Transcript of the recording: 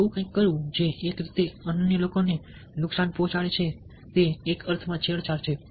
એવું કંઈક કરવું જે એક રીતે અન્ય લોકોને નુકસાન પહોંચાડે છે તે એક અર્થમાં છેડછાડ છે